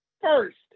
first